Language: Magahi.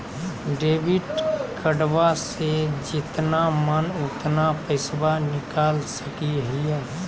डेबिट कार्डबा से जितना मन उतना पेसबा निकाल सकी हय?